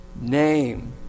name